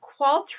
Qualtrics